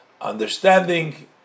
understanding